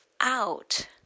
out